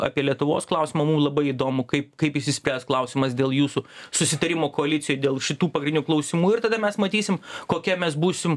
apie lietuvos klausimą mum labai įdomu kaip kaip išsispręs klausimas dėl jūsų susitarimo koalicijoj dėl šitų pagrindinių klausimų ir tada mes matysim kokia mes būsime